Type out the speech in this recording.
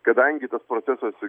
kadangi tas procesas